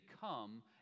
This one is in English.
come